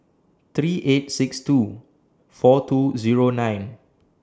three eight six two four two Zero nine